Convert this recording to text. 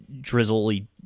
drizzly